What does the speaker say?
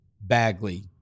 Bagley